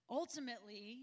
ultimately